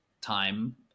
time